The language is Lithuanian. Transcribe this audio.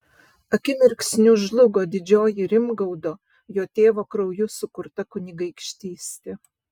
akimirksniu žlugo didžioji rimgaudo jo tėvo krauju sukurta kunigaikštystė